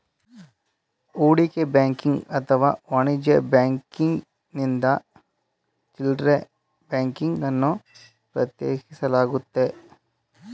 ಹೂಡಿಕೆ ಬ್ಯಾಂಕಿಂಗ್ ಅಥವಾ ವಾಣಿಜ್ಯ ಬ್ಯಾಂಕಿಂಗ್ನಿಂದ ಚಿಲ್ಡ್ರೆ ಬ್ಯಾಂಕಿಂಗ್ ಅನ್ನು ಪ್ರತ್ಯೇಕಿಸಲಾಗುತ್ತೆ